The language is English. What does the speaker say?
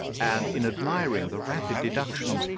and in admiring the rapid deductions,